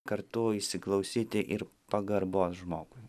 kartu įsiklausyti ir pagarbos žmogui